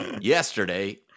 yesterday